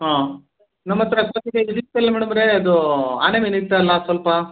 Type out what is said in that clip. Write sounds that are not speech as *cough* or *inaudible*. ಹಾಂ ನಮ್ಮ ಹತ್ರ *unintelligible* ಇದು ಇತ್ತಲ್ವಾ ಮೇಡಮವ್ರೇ ಅದು ಆನೆ ಮೀನು ಇತ್ತಲ್ಲ್ವಾ ಸ್ವಲ್ಪ